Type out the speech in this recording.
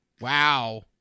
Wow